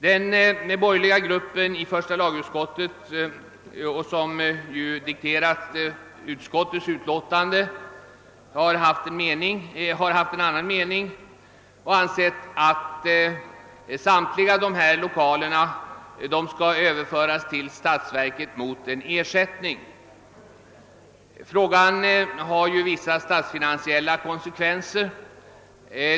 Den borgerliga gruppen i första lagutskottet, som har dikterat utskottets utlåtande, har haft en annan mening och ansett, att samtliga dessa lokaler skall överföras till statsverket mot ersättning. Frågan har ju vissa statsfinansiella konsekvenser.